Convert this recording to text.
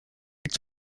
its